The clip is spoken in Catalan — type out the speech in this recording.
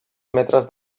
metres